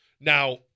Now